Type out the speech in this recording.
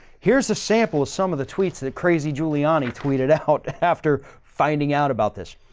here's a sample of some of the tweets that crazy giuliani tweeted out after finding out about this.